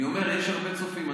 אני אומר שיש הרבה צופים.